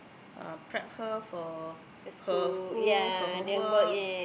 uh prep her for her school her homework